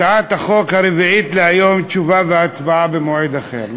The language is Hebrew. הצעת החוק הרביעית להיום, תשובה והצבעה במועד אחר.